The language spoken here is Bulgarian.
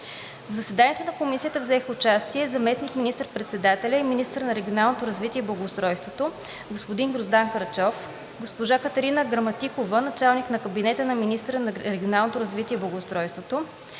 В заседанието на Комисията взеха участие: заместник министър-председателят и министър на регионалното развитие и благоустройството господин Гроздан Караджов, госпожа Катерина Граматикова – началник на кабинета на министъра на регионалното развитие и благоустройството,